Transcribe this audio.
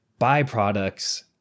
byproducts